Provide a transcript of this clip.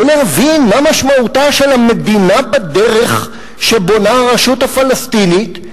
לא להבין מה משמעותה של המדינה בדרך שבונה הרשות הפלסטינית.